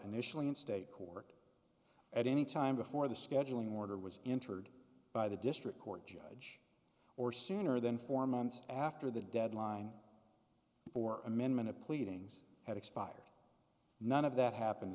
initially in state court at any time before the scheduling order was entered by the district court judge or sooner than four months after the deadline for amendment of pleadings had expired none of that happened